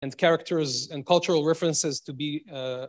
And characters and cultural references to be.